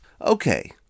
Okay